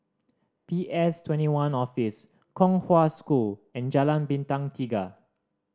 P S Twenty one Office Kong Hwa School and Jalan Bintang Tiga